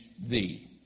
thee